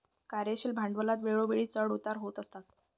कार्यशील भांडवलात वेळोवेळी चढ उतार होत असतात